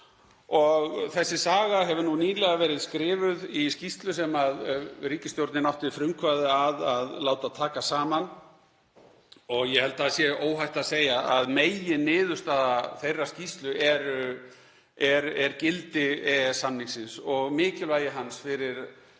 Þessi saga hefur nú nýlega verið skrifuð í skýrslu sem ríkisstjórnin átti frumkvæði að láta taka saman og ég held að það sé óhætt að segja að meginniðurstaða þeirrar skýrslu er gildi EES-samningsins og mikilvægi hans fyrir þróun